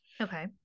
Okay